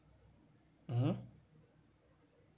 mmhmm